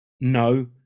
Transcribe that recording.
no